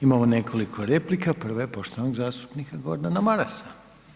Imamo nekoliko replika, prva je poštovanog zastupnika Gordana Marasa.